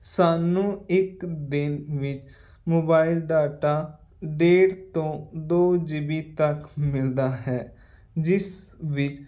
ਸਾਨੂੰ ਇੱਕ ਦਿਨ ਵਿੱਚ ਮੋਬਾਈਲ ਡਾਟਾ ਡੇਢ ਤੋਂ ਦੋ ਜੀਬੀ ਤੱਕ ਮਿਲਦਾ ਹੈ ਜਿਸ ਵਿੱਚ